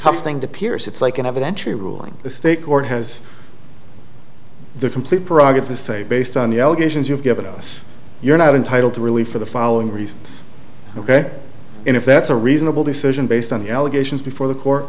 tough thing to pierce it's like an evidentiary ruling the state court has the complete braga to say based on the allegations you've given us you're not entitled to really for the following reasons ok and if that's a reasonable decision based on the allegations before the court